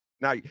now